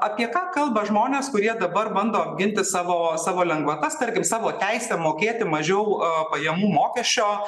apie ką kalba žmonės kurie dabar bando apginti savo savo lengvatas tarkim savo teisę mokėti mažiau aa pajamų mokesčio